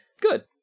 Good